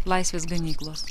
laisvės ganyklos